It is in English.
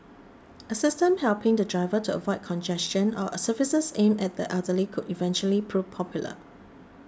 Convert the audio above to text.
a system helping the driver to avoid congestion or services aimed at the elderly could eventually prove popular